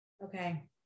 Okay